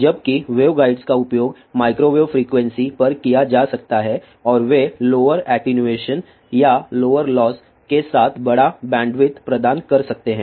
जबकि वेवगाइड्स का उपयोग माइक्रोवेव फ्रीक्वेंसी पर किया जा सकता है और वे लोअर एटीनुअशन या लोअर लॉस के साथ बड़ा बैंडविड्थ प्रदान कर सकते हैं